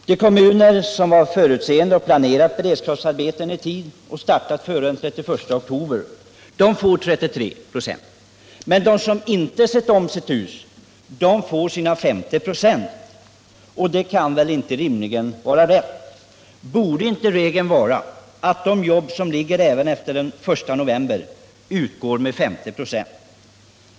De kommuner som var för — Värmlands län utseende och planerade beredskapsarbeten i tid samt startade dem före den 31 oktober får 33 26 i bidrag, men de som inte har sett om sitt hus får 50 96 i bidrag. Det kan väl inte vara rimligt? Borde inte regeln vara den att för de jobb som pågår även efter den 1 november utgår bidrag med 50 926?